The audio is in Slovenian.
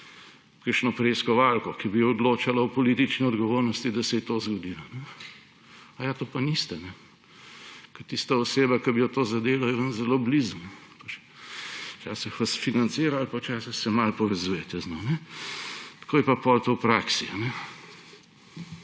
kakšno preiskovalko, ki bi odločala o politični odgovornosti, da se je to zgodilo? Aja, to pa niste. Ker tista oseba, ki bi jo to zadelo, je vam zelo blizu. Včasih vas financira ali pa včasih se malo povezujete z njo. Tako je pa potem to v praksi.